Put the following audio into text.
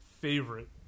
favorite